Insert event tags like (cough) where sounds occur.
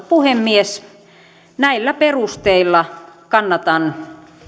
(unintelligible) puhemies näillä perusteilla kannatan